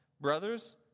Brothers